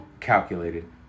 calculated